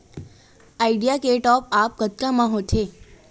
Idea के top आप कतका म होथे?